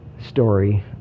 story